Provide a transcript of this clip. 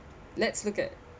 let's look at